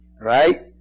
Right